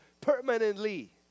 permanently